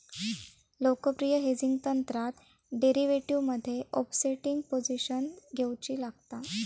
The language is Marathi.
लोकप्रिय हेजिंग तंत्रात डेरीवेटीवमध्ये ओफसेटिंग पोझिशन घेउची लागता